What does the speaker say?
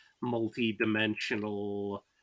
multi-dimensional